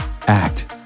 act